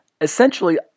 Essentially